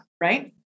right